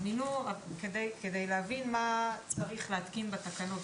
כדי להבין מה צריך להתקין בתקנות,